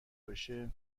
بشه